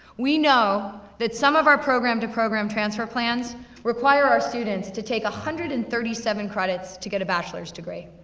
we know that some of our program-to-program transfer plans require our students to take one hundred and thirty seven credits to get a bachelor's degree.